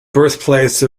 birthplace